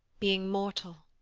being mortal,